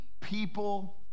people